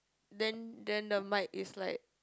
then then the mic is like